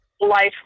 Life